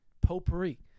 potpourri